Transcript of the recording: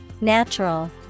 Natural